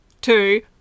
Two